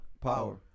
Power